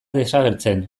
desagertzen